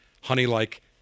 honey-like